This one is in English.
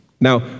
Now